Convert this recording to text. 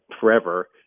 forever